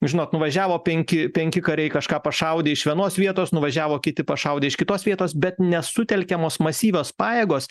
žinot nuvažiavo penki penki kariai kažką pašaudė iš vienos vietos nuvažiavo kiti pašaudė iš kitos vietos bet ne sutelkiamos masyvios pajėgos